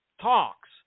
talks